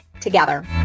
together